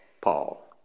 Paul